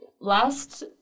last